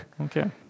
okay